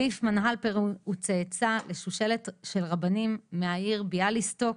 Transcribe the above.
ליפמן הלפר הוא צאצא של שושלת של רבנים מהעיר ביאליסטוק,